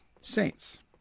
saints